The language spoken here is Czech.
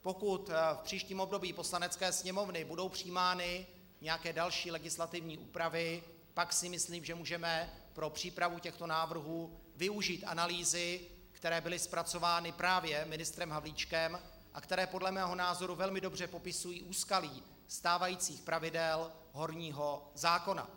Pokud v příštím období Poslanecké sněmovny budou přijímány nějaké další legislativní úpravy, tak si myslím, že můžeme pro přípravu těchto návrhů využít analýzy, které byly zpracovány právě ministrem Havlíčkem a které podle mého názoru velmi dobře popisují úskalí stávajících pravidel horního zákona.